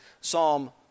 Psalm